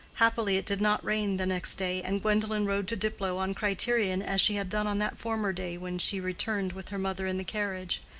happily it did not rain the next day, and gwendolen rode to diplow on criterion as she had done on that former day when she returned with her mother in the carriage.